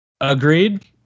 Agreed